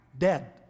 dead